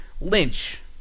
Lynch